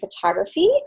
photography